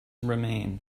remain